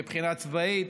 מבחינה צבאית.